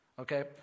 Okay